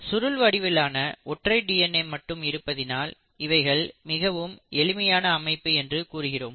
சுருள் வடிவிலான ஒற்றை டிஎன்ஏ மட்டும் இருப்பதினால் இவைகளை மிகவும் எளிமையான அமைப்பு என்று கூறுகிறோம்